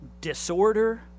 disorder